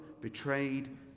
betrayed